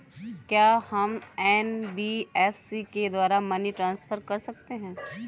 क्या हम एन.बी.एफ.सी के द्वारा मनी ट्रांसफर कर सकते हैं?